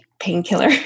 painkiller